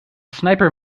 sniper